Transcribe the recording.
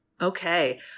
Okay